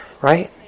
right